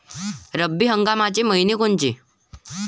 रब्बी हंगामाचे मइने कोनचे?